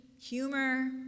humor